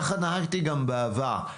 ככה נהגתי גם בעבר.